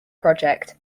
project